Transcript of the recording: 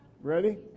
Ready